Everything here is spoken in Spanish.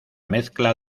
mezcla